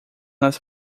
nas